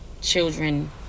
children